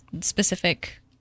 specific